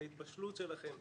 את ההתבשלות שלכם,